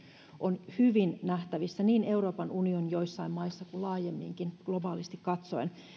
on hyvin nähtävissä niin joissain euroopan unionin maissa kuin laajemminkin globaalisti katsoen